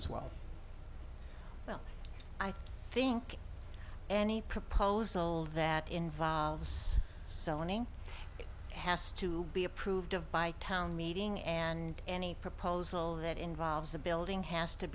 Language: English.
as well well i think any proposal that involves sony has to be approved of by town meeting and any proposal that involves a building has to